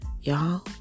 y'all